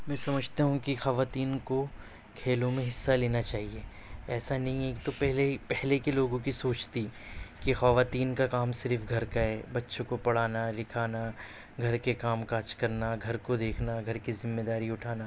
میں سمجھتا ہوں کہ خواتین کو کھیلوں میں حصّہ لینا چاہئے ایسا نہیں ہے ایک تو پہلے پہلے کے لوگوں کی سوچ تھی کہ خواتین کا کام صرف گھر کا ہے بچوں کو پڑھانا لِکھانا گھر کے کام کاج کرنا گھر کو دیکھنا گھر کی ذمہ داری اُٹھانا